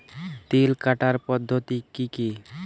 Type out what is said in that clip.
তিল কাটার পদ্ধতি কি কি?